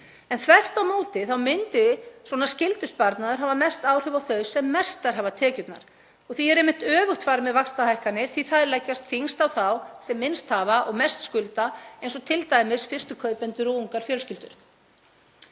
Þvert á móti myndi svona skyldusparnaður hafa mest áhrif á þá sem mestar hafa tekjurnar. Því er einmitt öfugt farið með vaxtahækkanir, því að þær leggjast þyngst á þá sem minnst hafa og mest skulda eins og t.d. fyrstu kaupendur og ungar fjölskyldur.